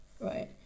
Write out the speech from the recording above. right